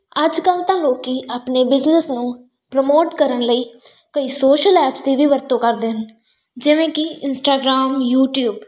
ਅੱਜ ਕੱਲ੍ਹ ਤਾਂ ਲੋਕ ਆਪਣੇ ਬਿਜ਼ਨਸ ਨੂੰ ਪ੍ਰਮੋਟ ਕਰਨ ਲਈ ਕਈ ਸੋਸ਼ਲ ਐਪਸ ਦੀ ਵੀ ਵਰਤੋਂ ਕਰਦੇ ਹਨ ਜਿਵੇਂ ਕਿ ਇੰਸਟਾਗ੍ਰਾਮ ਯੂਟਿਊਬ